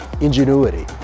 ingenuity